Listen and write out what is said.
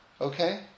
Okay